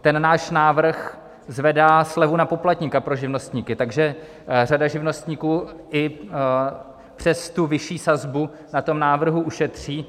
Ten náš návrh zvedá slevu na poplatníka pro živnostníky, takže řada živnostníků i přes tu vyšší sazbu na návrhu ušetří.